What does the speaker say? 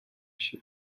się